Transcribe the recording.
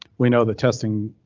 we know the testing,